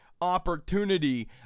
opportunity